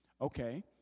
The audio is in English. Okay